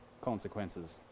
consequences